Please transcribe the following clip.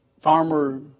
farmer